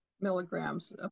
milligrams